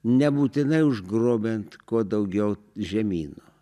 nebūtinai užgrobiant kuo daugiau žemyno